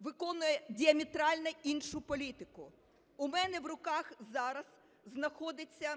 виконує діаметрально іншу політику. У мене в руках зараз знаходиться